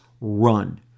run